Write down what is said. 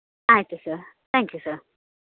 ಆಯಿತು sir thank you sir